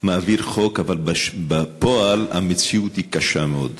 מעביר חוק, בפועל המציאות היא קשה מאוד.